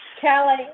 Kelly